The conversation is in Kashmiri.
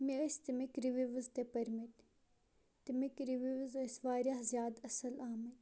مےٚ ٲسۍ تمکۍ رِوِوِز تہِ پٔرمٕت تمکۍ رِوِوِز ٲسۍ واریاہ زیادٕ اصل آمٕتۍ